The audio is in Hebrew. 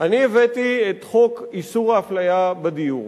הבאתי את חוק איסור האפליה בדיור,